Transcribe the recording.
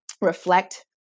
reflect